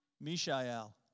Mishael